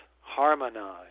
harmonize